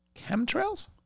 chemtrails